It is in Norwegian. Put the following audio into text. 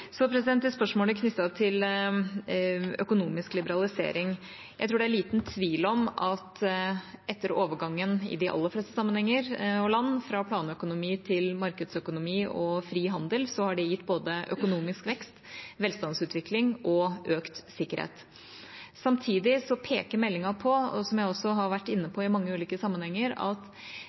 til. Så til spørsmålet knyttet til økonomisk liberalisering: Jeg tror det er liten tvil om at overgangen – i de aller fleste sammenhenger og land – fra planøkonomi til markedsøkonomi og fri handel har gitt både økonomisk vekst, velstandsutvikling og økt sikkerhet. Samtidig peker meldinga på, som jeg også har vært inne på i mange ulike sammenhenger, at